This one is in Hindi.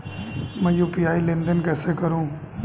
मैं यू.पी.आई लेनदेन कैसे करूँ?